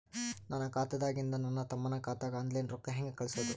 ನನ್ನ ಖಾತಾದಾಗಿಂದ ನನ್ನ ತಮ್ಮನ ಖಾತಾಗ ಆನ್ಲೈನ್ ರೊಕ್ಕ ಹೇಂಗ ಕಳಸೋದು?